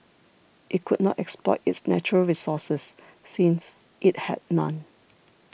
it could not exploit its natural resources since it had none